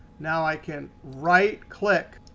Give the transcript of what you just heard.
now i can right-click.